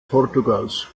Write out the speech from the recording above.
portugals